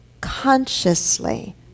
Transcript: consciously